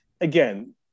again